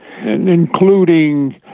including